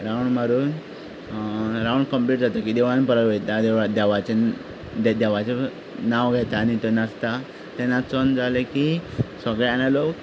round मारून round complete जातकीच देवळांत परत वयता देवाचें देवाचे नांव घेता आनी ते नाचता ते नाचोन जाले की सगळे जाणा लोक